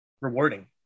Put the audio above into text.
rewarding